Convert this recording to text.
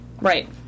right